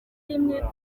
rimwe